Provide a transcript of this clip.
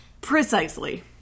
Precisely